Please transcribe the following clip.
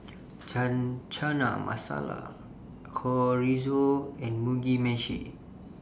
Chana Masala Chorizo and Mugi Meshi